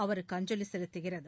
அவருக்கு அஞ்சலி செலுத்துகிறது